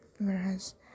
Whereas